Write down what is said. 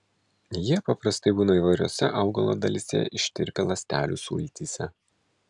jie paprastai būna įvairiose augalo dalyse ištirpę ląstelių sultyse